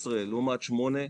12 לעומת שמונה,